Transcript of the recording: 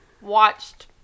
watched